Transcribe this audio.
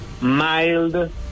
mild